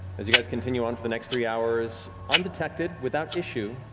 as you guys continue on for the next three hours, undetected, without issue,